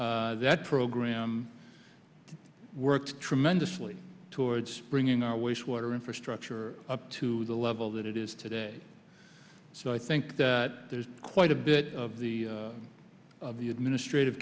t that program worked tremendously towards bringing our wastewater infrastructure up to the level that it is today so i think that there's quite a bit of the the administrative